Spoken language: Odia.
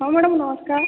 ହଁ ମ୍ୟାଡମ ନମସ୍କାର